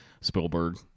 Spielberg